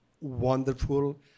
wonderful